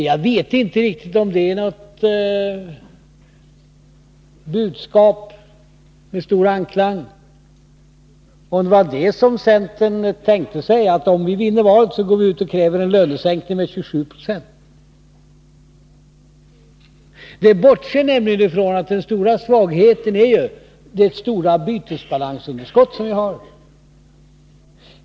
Jag vet inte riktigt om det är något budskap med stor anklang— eller var det detta som centern tänkte säga, dvs. att ”om vi vinner valet så går vi ut och kräver en lönesänkning med 27 Jo”? Med det kravet bortser man nämligen från att den stora svagheten ju är det stora bytesbalansunderskottet som vi har.